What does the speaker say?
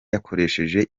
yakoresheje